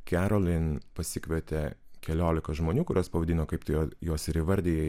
kerolin pasikvietė keliolika žmonių kuriuos pavadino kaip tu juo juos ir įvardijai